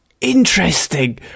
Interesting